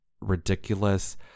ridiculous